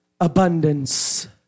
abundance